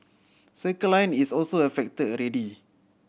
Circle Line is also affected already